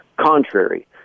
contrary